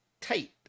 tight